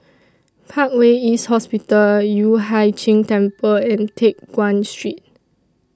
Parkway East Hospital Yueh Hai Ching Temple and Teck Guan Street